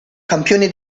campione